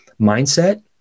mindset